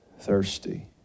thirsty